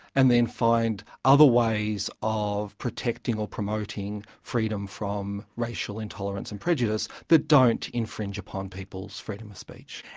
and then find other ways of protecting or promoting freedom from racial intolerance and prejudice that don't infringe upon people's freedom of speech.